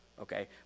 Okay